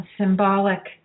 symbolic